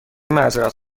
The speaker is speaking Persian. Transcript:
معذرت